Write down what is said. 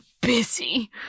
busy